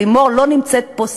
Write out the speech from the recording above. לימור לא נמצאת פה סתם.